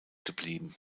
geblieben